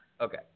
okay